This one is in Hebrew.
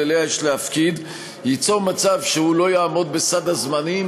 שאליה יש להפקיד ייצור מצב שהוא לא יעמוד בסד הזמנים,